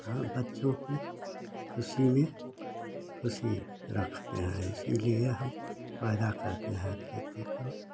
हाँ बच्चों की खुशी में खुशी रखते हैं इसलिए पैदा करते हैं खेती को